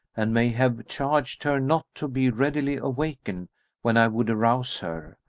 and may have charged her not to be readily awakened when i would arouse her,